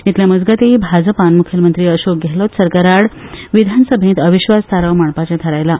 इतले मजगती भाजपान मुखेलमंत्री अशोक गेहलोत सरकाराआड विधानसभेन अविश्वास थाराव मांडपाचे थारायला